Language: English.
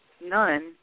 None